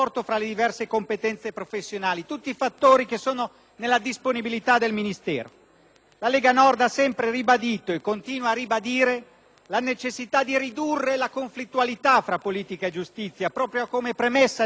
La Lega Nord ha sempre ribadito, e continua a ribadire, la necessità di ridurre la conflittualità tra politica e giustizia, proprio come premessa necessaria per la creazione di un consenso al progetto di buon funzionamento di questo servizio,